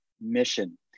Mission